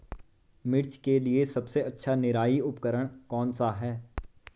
मिर्च के लिए सबसे अच्छा निराई उपकरण कौनसा है?